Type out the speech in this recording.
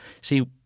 See